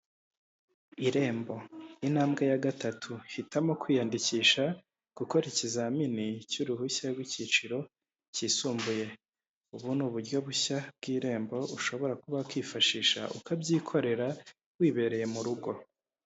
Irembo intambwe ya gatatu hitamo kwiyandikisha gukora ikizamini cy'uruhushya rw'icyiciro cyisumbuye ubu ni uburyo bushya bw'irembo ushobora kuba wakwifashisha ukabyikorera wibereye mu rugo.